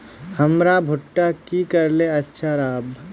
हमर भुट्टा की करले अच्छा राब?